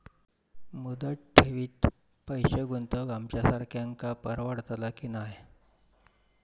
मुदत ठेवीत पैसे गुंतवक आमच्यासारख्यांका परवडतला की नाय?